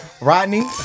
rodney